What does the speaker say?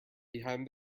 behind